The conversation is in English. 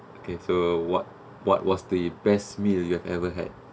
okay so what what was the best meal you've ever had